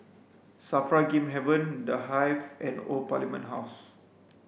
SAFRA Game Haven The Hive and Old Parliament House